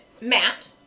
Matt